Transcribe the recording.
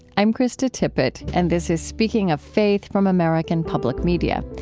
i'm krista tippett and this is speaking of faith from american public media.